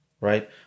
right